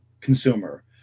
consumer